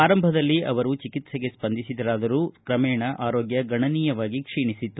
ಆರಂಭದಲ್ಲಿ ಅವರು ಚಿಕಿತ್ಸೆಗೆ ಸ್ವಂದಿಸಿದರಾದರೂ ಕ್ರಮೇಣ ಆರೋಗ್ಯ ಗಣನೀಯವಾಗಿ ಕ್ಷೀಣೆಸಿತ್ತು